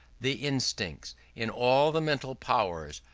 the instincts, in all the mental powers,